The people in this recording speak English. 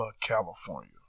California